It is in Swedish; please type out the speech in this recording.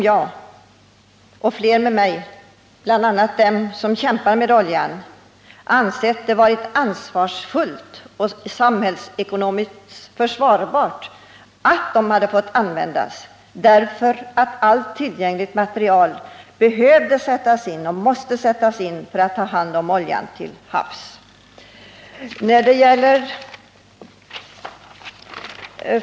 Jag och flera med mig, bl.a. de som kämpar med oljan, hade ansett att det varit ansvarsfullt och samhällsekonomiskt försvarbart att dessa länsor fått användas, därför att all tillgänglig materiel behövdes och måste sättas in för att ta hand om oljan till havs.